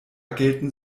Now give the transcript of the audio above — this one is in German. gelten